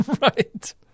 right